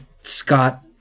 Scott